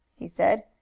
he said,